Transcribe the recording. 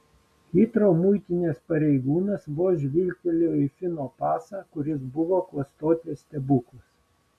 hitrou muitinės pareigūnas vos žvilgtelėjo į fino pasą kuris buvo klastotės stebuklas